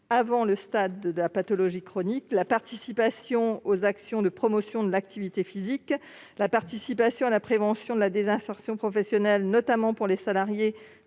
avant le stade de la pathologie chronique ; la participation aux actions de promotion de l'activité physique ; la participation à la prévention de la désinsertion professionnelle, notamment pour les salariés